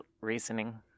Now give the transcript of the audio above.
reasoning